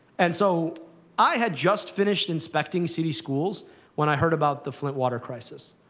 and so i had just finished inspecting city schools when i heard about the flint water crisis.